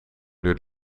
duurt